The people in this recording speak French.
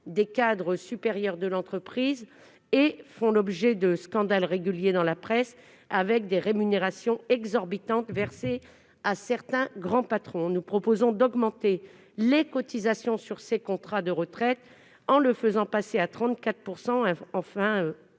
des cadres supérieurs de l'entreprise, fait l'objet de scandales réguliers dans la presse, avec des rémunérations exorbitantes versées à certains grands patrons. Nous proposons d'augmenter les cotisations sur ces contrats de retraite, en faisant passer le